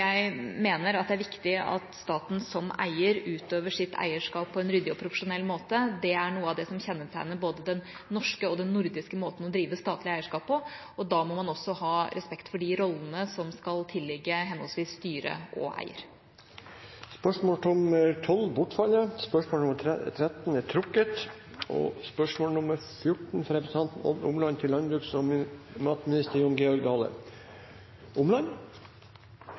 Jeg mener det er viktig at staten som eier utøver sitt eierskap på en ryddig og profesjonell måte. Det er noe av det som kjennetegner både den norsk og den nordiske måten å drive statlig eierskap på. Da må man også ha respekt for de rollene som skal tilligge henholdsvis styre og eier. Dette spørsmålet bortfaller da spørreren ikke er til stede. Dette spørsmålet er trukket